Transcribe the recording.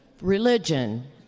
religion